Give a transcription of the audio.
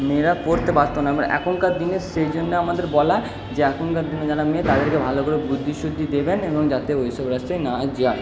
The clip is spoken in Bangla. মেয়েরা পড়তে পারতো না আমরা এখনকার দিনে সেই জন্য আমাদের বলা যে এখনকার দিনের যারা মেয়ে তাদেরকে ভালো করে বুদ্ধি সুদ্দি দেবেন এবং যাতে ওই সব রাস্তায় না যায়